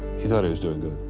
he thought he was doing good?